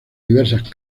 diversas